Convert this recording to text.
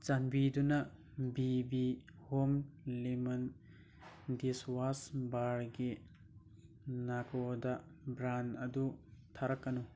ꯆꯥꯟꯕꯤꯗꯨꯅ ꯕꯤ ꯕꯤ ꯍꯣꯝ ꯂꯦꯃꯟ ꯗꯤꯁ ꯋꯥꯁ ꯕꯥꯔꯒꯤ ꯅꯥꯀꯣꯗ ꯕ꯭ꯔꯥꯟ ꯑꯗꯨ ꯊꯥꯔꯛꯀꯅꯨ